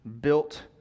built